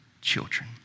children